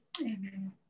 Amen